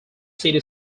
city